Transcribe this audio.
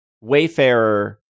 Wayfarer